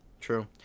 True